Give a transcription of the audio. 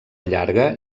llarga